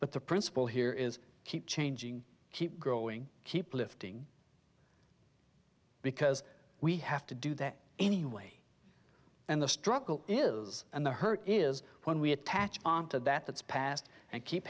but the principle here is keep changing keep growing keep lifting because we have to do that anyway and the struggle is and the hurt is when we attach on to that that's past and keep